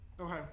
Okay